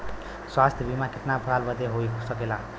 स्वास्थ्य बीमा कितना साल बदे हो सकेला?